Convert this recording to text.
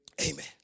Amen